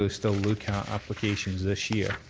so still look at applications this year.